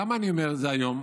למה אני אומר את זה היום?